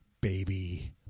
baby